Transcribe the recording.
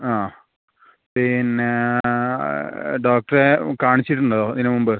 ആ പിന്നെ ഡോക്ടറെ കാണിച്ചിട്ടുണ്ടോ ഇതിന് മുമ്പ്